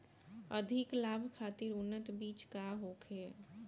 अधिक लाभ खातिर उन्नत बीज का होखे?